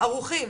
ערוכים